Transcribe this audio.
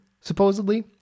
supposedly